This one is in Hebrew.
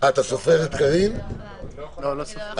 הצבעה לא אושר.